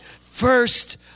first